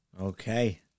Okay